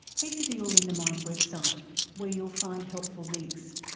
head to the all in the mind website where you will find helpful links.